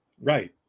Right